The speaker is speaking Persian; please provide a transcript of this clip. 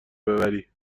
ببری